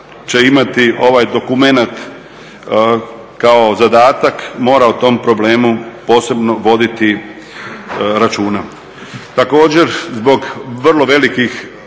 će imati ovaj dokumenat kao zadatak mora o tom problemu posebno voditi računa. Također zbog vrlo velikih